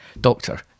Doctor